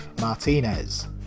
Martinez